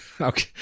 Okay